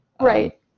right